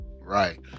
Right